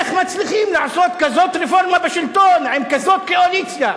איך מצליחים לעשות כזאת רפורמה בשלטון עם כזאת קואליציה.